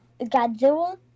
Godzilla